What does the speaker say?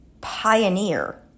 pioneer